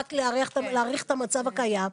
רק להאריך את המצב הקיים,